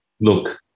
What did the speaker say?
look